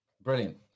Brilliant